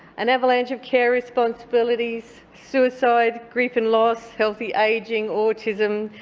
an avalanche of care responsibilities, suicide, grief and loss, healthy ageing, autism,